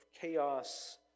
chaos